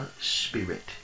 spirit